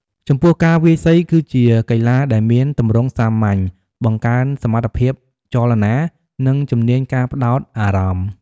ចំពោះការវាយសីគឺជាកីឡាដែលមានទម្រង់សាមញ្ញ បង្កើនសមត្ថភាពចលនា និងជំនាញការផ្ដោតអារម្មណ៍។